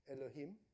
Elohim